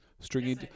Stringy